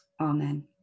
Amen